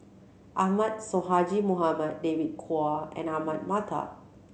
Ahmad Sonhadji Mohamad David Kwo and Ahmad Mattar